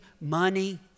money